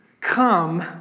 come